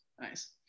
Nice